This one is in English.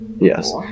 Yes